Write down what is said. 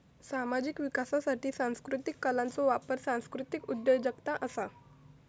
सामाजिक विकासासाठी सांस्कृतीक कलांचो वापर सांस्कृतीक उद्योजगता असा